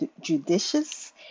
judicious